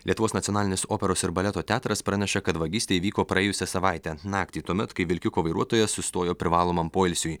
lietuvos nacionalinis operos ir baleto teatras praneša kad vagystė įvyko praėjusią savaitę naktį tuomet kai vilkiko vairuotojas sustojo privalomam poilsiui